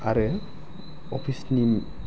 आरो अफिस नि